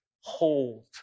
hold